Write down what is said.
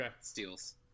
steals